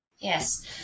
Yes